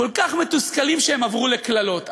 כל כך מתוסכלים, שהם עברו לקללות.